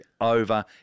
over